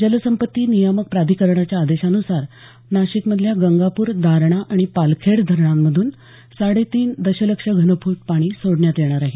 जलसंपत्ती नियामक प्राधिकरणाच्या आदेशानुसार नाशिक मधल्या गंगापूर दारणा आणि पालखेड धरणातून साडे तीन दशलक्ष घनफूट पाणी सोडण्यात येणार आहे